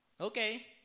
okay